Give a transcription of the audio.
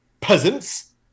peasants